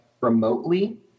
remotely